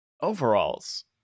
overalls